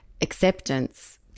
acceptance